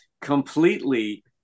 completely